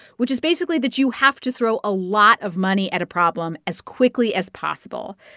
which is, basically, that you have to throw a lot of money at a problem as quickly as possible.